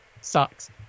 sucks